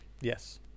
Yes